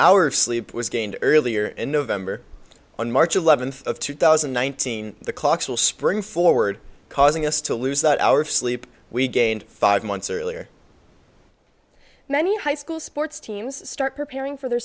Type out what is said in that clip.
of sleep was gained earlier in november on march eleventh of two thousand and nineteen the clocks will spring forward causing us to lose that hour of sleep we gained five months earlier many high school sports teams start preparing for their